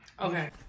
Okay